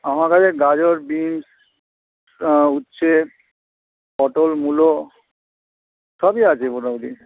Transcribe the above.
আমার কাছে গাজর বিনস উচ্ছে পটল মূলো সবই আছে মোটামুটি